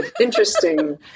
interesting